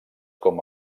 com